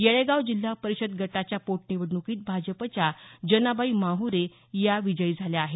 येळेगाव जिल्हा परिषद गटाच्या पोट निवडणूकीत भाजपच्या जनाबाई माहरे या विजयी झाल्या आहेत